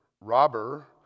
robber